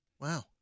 Wow